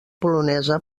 polonesa